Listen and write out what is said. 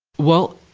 well,